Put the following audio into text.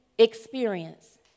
experience